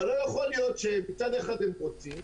אבל לא יכול להיות שמצד אחד הם רוצים,